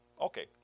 Okay